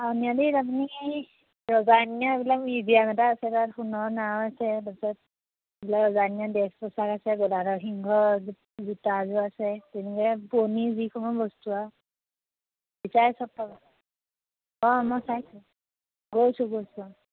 আউনীআটীত আপুনি ৰজাদিনীয়া এইবিলাক মিউজিয়াম এটা আছে তাত সোণৰ নাও আছে তাৰ পাছত ৰজাদিনীয়া ড্ৰেছ পোচাক আছে গদাধৰ সিংহৰ জোতাযোৰ আছে তেনেকুৱাই পুৰণি যিসমূহ বস্তু আৰু অঁ মই চাইছোঁ গৈছোঁ গৈছোঁ অঁ